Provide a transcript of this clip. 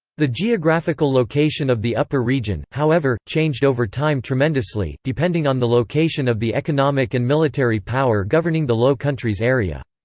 the geographical location of the upper region, however, changed over time tremendously, depending on the location of the economic and military power governing the low countries area.